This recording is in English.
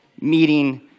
meeting